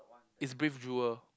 is brave jewel